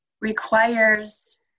requires